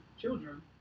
children